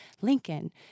Lincoln